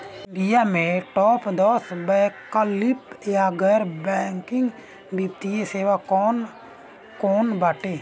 India में top दस वैकल्पिक या गैर बैंकिंग वित्तीय सेवाएं कौन कोन बाटे?